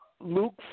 Luke